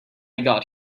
got